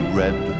red